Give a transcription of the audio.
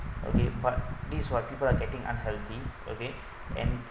okay but this what people are getting unhealthy okay and